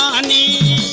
on the